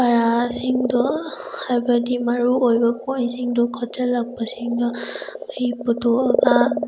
ꯄꯔꯥꯁꯤꯡꯗꯣ ꯍꯥꯏꯕꯗꯤ ꯃꯔꯨ ꯑꯣꯏꯕ ꯄꯣꯏꯟꯁꯤꯡꯗꯣ ꯈꯣꯠꯆꯤꯜꯂꯛꯄꯁꯤꯡꯗꯣ ꯑꯩ ꯄꯨꯊꯣꯛꯑꯒ